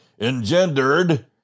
engendered